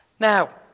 Now